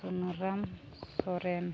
Sunaram Soren